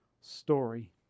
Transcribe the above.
story